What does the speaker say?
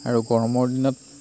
আৰু গৰমৰ দিনত